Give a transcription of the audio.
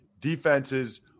defenses